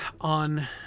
on